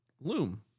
Loom